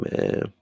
man